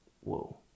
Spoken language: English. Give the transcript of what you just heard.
Whoa